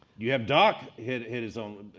you have doc hit hit his own,